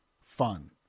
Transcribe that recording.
fun